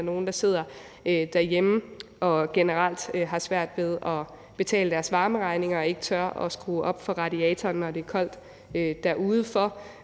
at der er nogle, der sidder derhjemme og generelt har svært ved at betale deres varmeregninger og ikke tør at skrue op for radiatoren, når det er koldt udenfor.